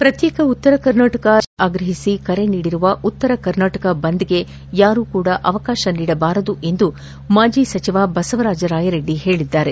ಪ್ರತ್ಯೇಕ ಉತ್ತರ ಕರ್ನಾಟಕ ರಾಜ್ಯ ರಚನೆಗೆ ಆಗ್ರಹಿಸಿ ಕರೆ ನೀಡಿರುವ ಉತ್ತರ ಕರ್ನಾಟಕ ಬಂದ್ಗೆ ಯಾರೂ ಕೂಡ ಅವಕಾಶ ನೀಡಬಾರದು ಎಂದು ಮಾಜಿ ಸಚಿವ ಬಸವರಾಜ ರಾಯರೆಡ್ಡಿ ಹೇಳಿದ್ದಾರೆ